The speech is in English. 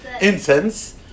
Incense